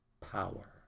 power